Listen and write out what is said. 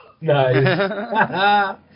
nice